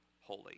holy